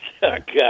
God